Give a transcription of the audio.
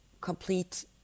complete